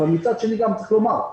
אבל צריך לומר,